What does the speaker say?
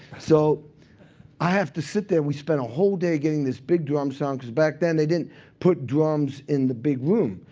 so i have to sit there. we spent a whole day getting this big drum um song, because back then, they didn't put drums in the big room.